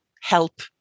help